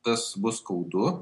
tas bus skaudu